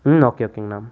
ம் ஓகே ஓகேங்கண்ணா